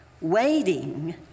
Waiting